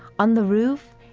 on the roof,